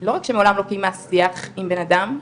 לא רק שמעולם לא קיימה שיח עם בנאדם,